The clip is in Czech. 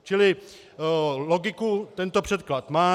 Čili logiku tento předklad má.